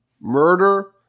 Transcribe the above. murder